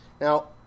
Now